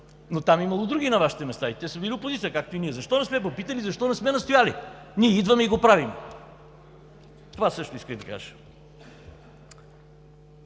места, е имало други и те са били опозиция, както и ние. Защо не сме попитали, защо не сме настояли? Ние идваме и го правим! Това също исках да кажа.